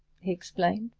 he explained,